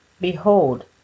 Behold